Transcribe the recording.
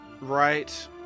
Right